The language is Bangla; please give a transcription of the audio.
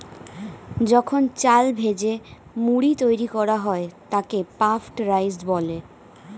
যখন চাল ভেজে মুড়ি তৈরি করা হয় তাকে পাফড রাইস বলে